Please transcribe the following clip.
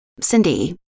Cindy